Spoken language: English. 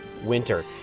Winter